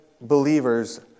believers